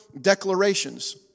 declarations